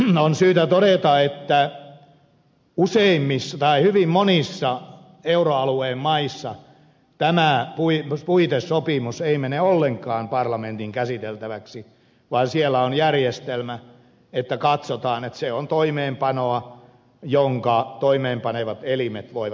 edelleen on syytä todeta että hyvin monissa euroalueen maissa tämä puitesopimus ei mene ollenkaan parlamentin käsiteltäväksi vaan niissä on järjestelmä että katsotaan että se on toimeenpanoa jonka toimeenpanevat elimet voivat hoitaa